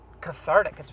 cathartic